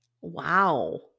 Wow